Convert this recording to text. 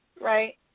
Right